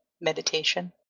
meditation